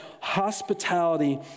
hospitality